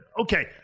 okay